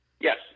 Yes